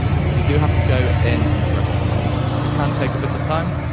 but you do have to go in and correct it, really. it can take a bit of time,